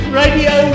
radio